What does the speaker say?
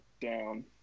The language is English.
down